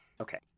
Okay